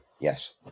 yes